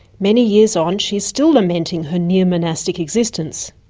many years on she is still lamenting her near monastic existence.